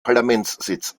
parlamentssitz